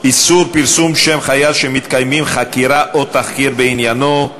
איסור פרסום שם חייל שמתקיימים חקירה או תחקיר בעניינו).